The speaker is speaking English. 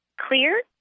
clear